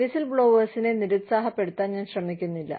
whistle ബ്ലോവേഴ്സിനെ നിരുത്സാഹപ്പെടുത്താൻ ഞാൻ ശ്രമിക്കുന്നില്ല